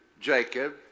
Jacob